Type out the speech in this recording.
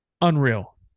Unreal